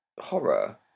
horror